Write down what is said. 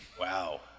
Wow